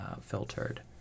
filtered